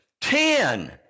ten